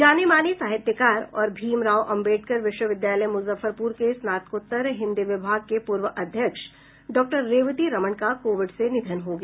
जाने माने साहित्यकार और भीम राव अम्बेडकर विश्वविद्यालय मुजफ्फरपुर के स्नातकोत्तर हिन्दी विभाग के पूर्व अध्यक्ष डॉक्टर रेवती रमण का कोविड से निधन हो गया